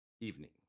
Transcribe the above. Evening